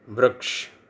વૃક્ષ